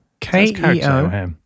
K-E-O